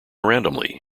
randomly